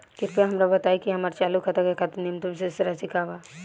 कृपया हमरा बताइ कि हमार चालू खाता के खातिर न्यूनतम शेष राशि का बा